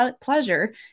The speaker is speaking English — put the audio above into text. pleasure